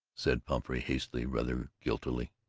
said pumphrey, hastily, rather guiltily.